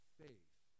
faith